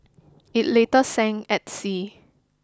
it later sank at sea